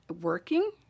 working